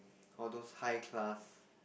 all those high class